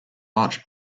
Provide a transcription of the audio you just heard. arch